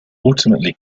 ultimately